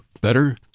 better